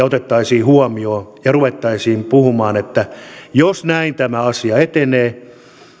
otettaisiin huomioon ja ruvettaisiin puhumaan että jos näin tämä asia etenee